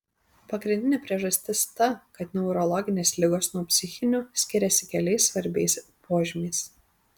pagrindinė priežastis ta kad neurologinės ligos nuo psichinių skiriasi keliais svarbiais požymiais